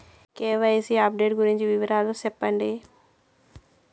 KYC update గురించి వివరాలు సెప్పండి?